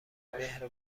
مهر